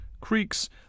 creeks